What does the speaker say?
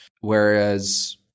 whereas